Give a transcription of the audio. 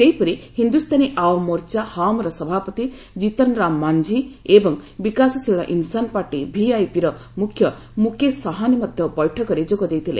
ସେହିପରି ହିନ୍ଦୁସ୍ଥାନୀ ଆଓ୍ୱାମ୍ ମୋର୍ଚ୍ଚା ହାମ୍ର ସଭାପତି ଜିତନ୍ ରାମ୍ ମାନ୍ଝି ଏବଂ ବିକାଶଶୀଳ ଇନସାନ୍ ପାର୍ଟି ଭିଆଇପିର ମୁଖ୍ୟ ମୁକେଶ ସାହନୀ ମଧ୍ୟ ବୈଠକରେ ଯୋଗ ଦେଇଥିଲେ